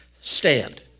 stand